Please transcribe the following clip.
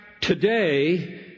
today